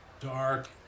dark